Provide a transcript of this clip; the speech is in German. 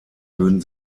würden